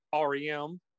rem